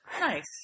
Nice